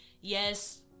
Yes